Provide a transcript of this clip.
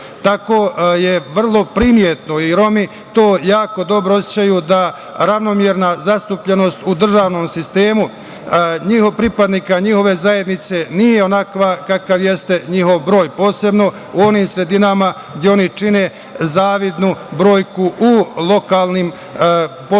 je vrlo primetno i Romi to jako dobro osećaju da ravnomerna zastupljenost u državnom sistemu njihovih pripadnika njihove zajednice nije onakva kakav jeste njihov broj, posebno u onim sredinama gde oni čine zavidnu brojku u lokalnom